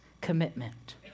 commitment